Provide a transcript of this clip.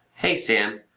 hey sam,